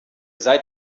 seid